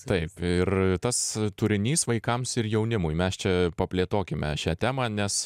taip ir tas turinys vaikams ir jaunimui mes čia plėtokime šią temą nes